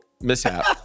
mishap